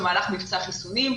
במהלך מבצע חיסונים,